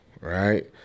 right